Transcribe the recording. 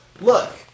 look